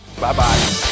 Bye-bye